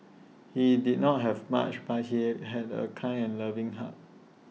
he did not have much but he had A kind and loving heart